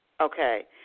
Okay